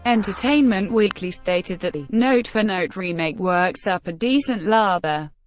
entertainment weekly stated that the note-for-note remake works up a decent lather,